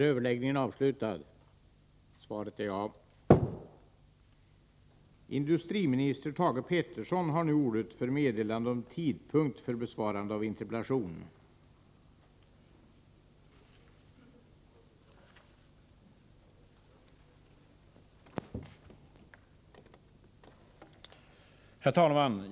Herr talman!